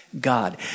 God